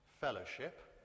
fellowship